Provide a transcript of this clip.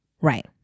right